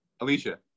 Alicia